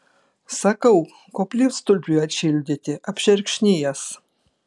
sakau koplytstulpiui atšildyti apšerkšnijęs